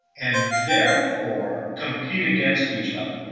and therefore compete against each other.